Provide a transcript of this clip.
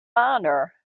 honor